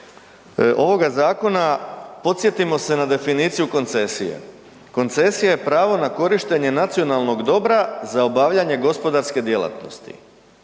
ovoga zakona, podsjetimo se na definiciju koncesije. Koncesija je pravo na korištenje nacionalnog dobra za obavljanje gospodarske djelatnosti